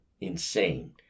insane